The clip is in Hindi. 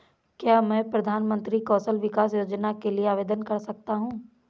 क्या मैं प्रधानमंत्री कौशल विकास योजना के लिए आवेदन कर सकता हूँ?